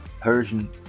Persian